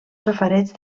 safareig